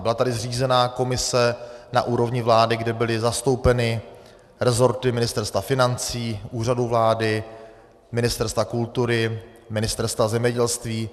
Byla tady zřízena komise na úrovni vlády, kde byly zastoupeny rezorty Ministerstva financí, Úřadu vlády, Ministerstva kultury, Ministerstva zemědělství.